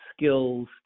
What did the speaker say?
skills